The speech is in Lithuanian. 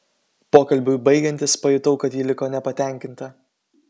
pokalbiui baigiantis pajutau kad ji liko nepatenkinta